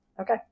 Okay